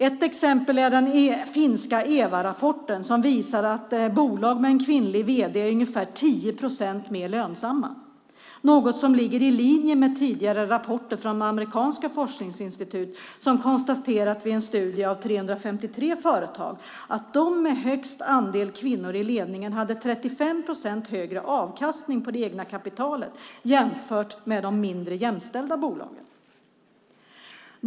Ett exempel är den finska EVA-rapporten som visar att bolag med en kvinnlig vd är ungefär 10 procent mer lönsamma, något som ligger i linje med tidigare rapporter från amerikanska forskningsinstitut som konstaterat i en studie av 353 företag att de med högst andel kvinnor i ledningen hade 35 procent högre avkastning på det egna kapitalet jämfört med de mindre jämställda bolagen.